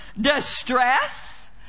distress